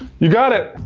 you got it!